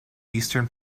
eastern